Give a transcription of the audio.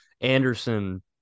Anderson